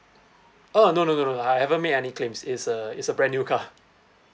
uh no no no no I haven't made any claims it's a it's a brand new car